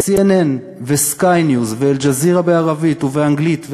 CNN ו-Sky News ו"אל-ג'זירה" בערבית ובאנגלית,